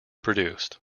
produced